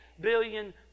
billion